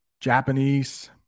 japanese